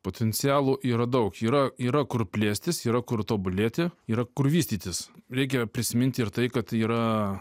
potencialo yra daug yra yra kur plėstis yra kur tobulėti yra kur vystytis reikia prisiminti ir tai kad yra